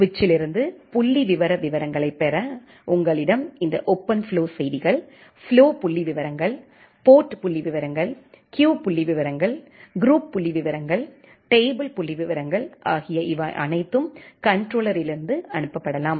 சுவிட்சிலிருந்து புள்ளிவிவர விவரங்களைப் பெற உங்களிடம் இந்த ஓபன்ஃப்ளோ செய்திகள் ஃப்ளோ புள்ளிவிவரங்கள் போர்ட் புள்ளிவிவரங்கள் கியூ புள்ளிவிவரங்கள் குரூப் புள்ளிவிவரங்கள் டேபிள் புள்ளிவிவரங்கள் ஆகிய இவை அனைத்தும் கண்ட்ரோலர்லிருந்து அனுப்பப்படலாம்